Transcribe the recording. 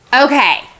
okay